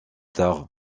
tard